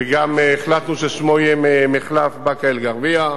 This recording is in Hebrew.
וגם החלטנו ששמו יהיה מחלף באקה-אל-ע'רביה,